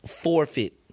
forfeit